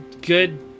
Good